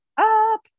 up